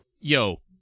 Yo